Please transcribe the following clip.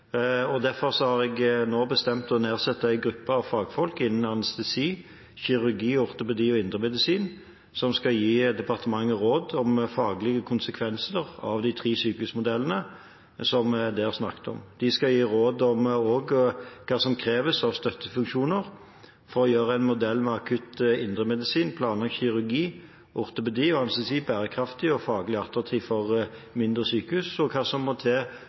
og også for å gjøre det til attraktive arbeidsplasser for flinke fagfolk. Derfor har jeg nå bestemt å nedsette en gruppe av fagfolk innen anestesi, kirurgi, ortopedi og indremedisin som skal gi departementet råd om faglige konsekvenser av de tre sykehusmodellene som man snakket om. De skal også gi råd om hva som kreves av støttefunksjoner for å gjøre en modell med akutt indremedisin, planlagt kirurgi, ortopedi og anestesi bærekraftig og faglig attraktiv for mindre sykehus, og hva som må til